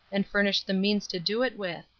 and furnish the means to do it with.